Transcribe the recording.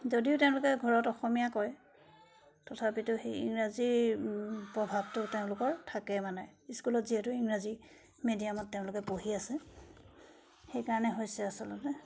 যদিও তেওঁলোকে ঘৰত অসমীয়া কয় তথাপিতো ইংৰাজী প্ৰভাৱটো তেওঁলোকৰ থাকে মানে স্কুলত যিহেতু ইংৰাজী মিডিয়ামত তেওঁলোকে পঢ়ি আছে সেইকাৰণে হৈছে আচলতে